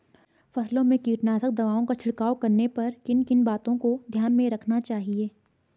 फसलों में कीटनाशक दवाओं का छिड़काव करने पर किन किन बातों को ध्यान में रखना चाहिए?